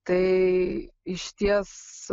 tai išties